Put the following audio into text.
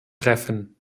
treffen